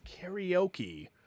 karaoke